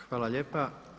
Hvala lijepa.